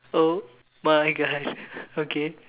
oh my gosh okay